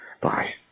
Bye